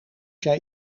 jij